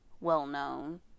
well-known